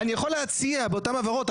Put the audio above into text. אני יכול להציע באותן הבהרות,